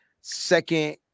second